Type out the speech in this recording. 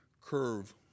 curve